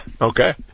Okay